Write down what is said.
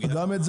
גם את זה